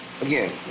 again